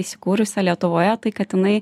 įsikūrusią lietuvoje tai kad jinai